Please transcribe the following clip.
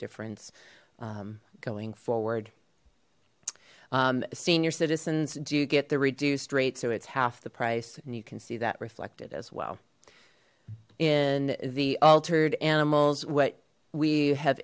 difference going forward senior citizens do you get the reduced rate so it's half the price and you can see that reflected as well in the altered animals what we have